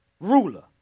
ruler